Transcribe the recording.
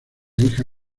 hija